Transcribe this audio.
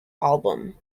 album